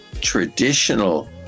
traditional